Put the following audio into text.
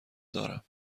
دارم